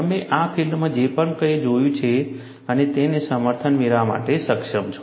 તમે આ ફિલ્ડમાં જે કંઈ પણ જોયું છે તમે તેને સમર્થન મેળવવા માટે સક્ષમ છો